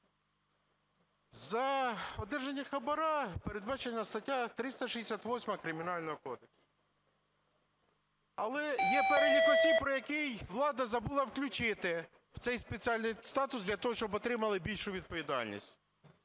За одержання хабара передбачена стаття 368 Кримінального кодексу. Але є перелік осіб, про який влада забула включити в цей спеціальний статус для того, щоб отримали більшу відповідальність.